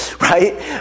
right